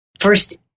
first